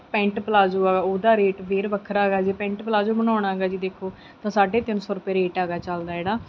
pant palazzo ਆ ਉਹਦਾ rate ਫੇਰ ਵੱਖਰਾ ਹੈਗਾ ਜੇ ਪੈਂਟ ਪਲਾਜੋ ਬਣਾਉਣਾ ਗਾ ਜੀ ਦੇਖੋ ਤਾਂ ਸਾਢੇ ਤਿੰਨ ਸੌ ਰੁਪਏ ਰੇਟ ਹੈਗਾ ਚੱਲਦਾ ਜਿਹੜਾ